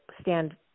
stand